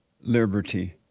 liberty